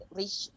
reach